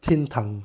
天堂